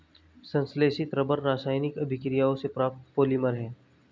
संश्लेषित रबर रासायनिक अभिक्रियाओं से प्राप्त पॉलिमर है